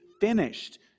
finished